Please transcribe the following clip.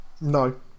no